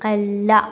അല്ല